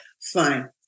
fine